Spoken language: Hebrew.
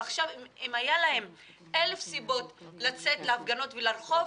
ועכשיו אם היו להם 1,000 סיבות לצאת להפגנות ולרחוב,